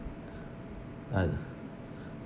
I'll